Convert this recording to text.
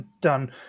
done